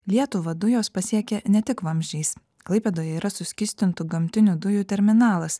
lietuvą dujos pasiekia ne tik vamzdžiais klaipėdoje yra suskystintų gamtinių dujų terminalas